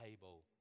table